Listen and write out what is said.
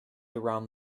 around